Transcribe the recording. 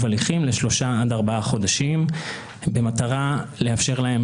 הליכים לשלושה עד ארבעה חודשים במטרה לאפשר להם